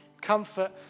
comfort